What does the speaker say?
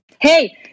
Hey